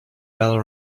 bell